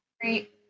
great